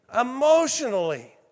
emotionally